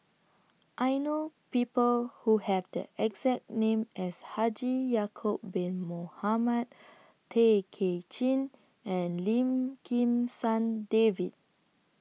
I know People Who Have The exact name as Haji Ya'Acob Bin Mohamed Tay Kay Chin and Lim Kim San David